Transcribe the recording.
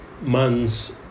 months